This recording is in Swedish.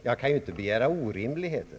Jag kan inte begära orimligheter.